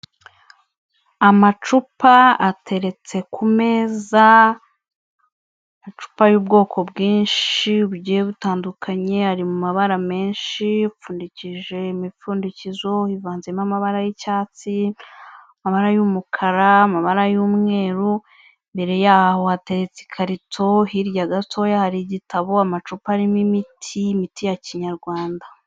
Amacupa ateretse ku meza, amacupa y'ubwoko bwinshi bugiye butandukanye, ari mabara menshi, apfundikishije imipfundikizo ivanzemo amabara y'icyatsi, amabara y'umukara, amabara y'umweru, imbere yaho hateretse ikarito, hirya gatoya hari igitabo, amacupa arimo imiti, imiti ya Kinyarwanda.